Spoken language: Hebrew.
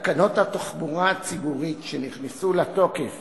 תקנות התחבורה הציבורית, שנכנסו לתוקף